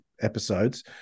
episodes